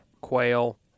quail